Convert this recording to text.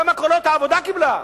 כמה קולות העבודה קיבלה?